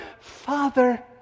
Father